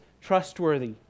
trustworthy